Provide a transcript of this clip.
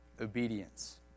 Obedience